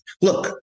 look